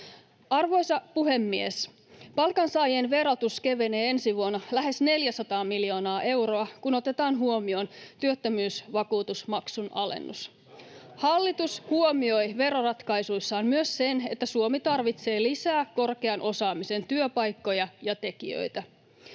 Arvoisa puhemies! Palkansaajien verotus kevenee ensi vuonna lähes 400 miljoonaa euroa, kun otetaan huomioon työttömyysvakuutusmaksun alennus. Hallitus huomioi veroratkaisuissaan myös sen, että Suomi tarvitsee lisää korkean osaamisen työpaikkoja ja tekijöitä.